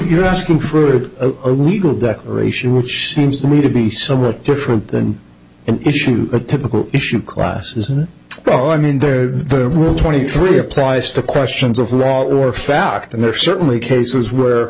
your asking for a legal declaration which seems to me to be somewhat different than an issue a typical issue of class is an oh i mean there there were twenty three applies to questions of law or fact and there are certainly cases where